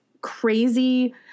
crazy